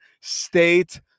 State